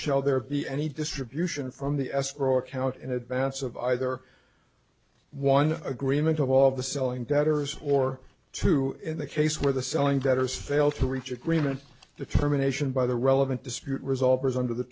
shall there be any distribution from the escrow account in advance of either one agreement of all of the selling debtors or to in the case where the selling debtors fail to reach agreement the terminations by the relevant dispute resolvers under the